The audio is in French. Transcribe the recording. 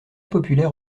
populaire